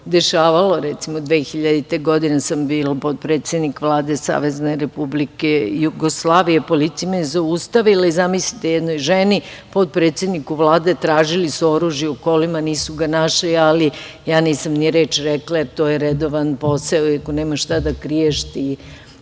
dešavalo. Recimo, 2000. godine sam bila potpredsednik Vlade Savezne Republike Jugoslavije, policija me je zaustavila i, zamislite, jednoj ženi, potpredsedniku Vlade, tražili su oružje u kolima. Nisu ga našli, ali ja nisam ni reč rekla, jer to je redovan posao i ako nemaš šta da kriješ ti,